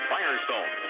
Firestone